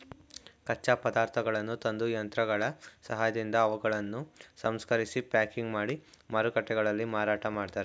ಕಚ್ಚಾ ಪದಾರ್ಥಗಳನ್ನು ತಂದು, ಯಂತ್ರಗಳ ಸಹಾಯದಿಂದ ಅವುಗಳನ್ನು ಸಂಸ್ಕರಿಸಿ ಪ್ಯಾಕಿಂಗ್ ಮಾಡಿ ಮಾರುಕಟ್ಟೆಗಳಲ್ಲಿ ಮಾರಾಟ ಮಾಡ್ತರೆ